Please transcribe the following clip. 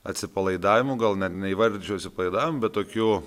atsipalaidavimu gal net neįvardinčiau atsipalaidavimu bet tokiu